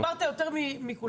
דיברת יותר מכולם,